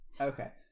okay